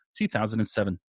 2007